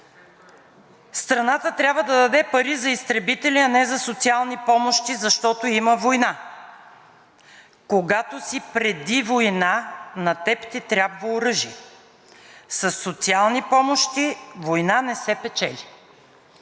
„Страната трябва да даде пари за изтребители, а не за социални помощи, защото има война! Когато си преди война, на теб ти трябва оръжие – със социални помощи война не се печели!“